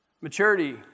Maturity